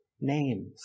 names